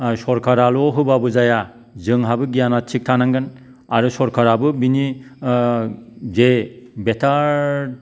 सरकाराल' होबाबो जाया जोंहाबो गियाना थिग थानांगोन आरो सरकाराबो बिनि जे बेतार